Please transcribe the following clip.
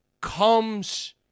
comes